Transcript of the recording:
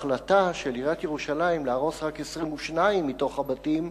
ההחלטה של עיריית ירושלים להרוס רק 22 מתוך הבתים